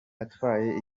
atwaye